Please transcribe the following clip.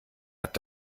hat